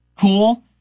cool